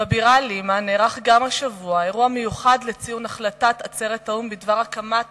בבירה לימה נערך גם השבוע אירוע מיוחד לציון החלטת עצרת האו"ם בדבר הקמת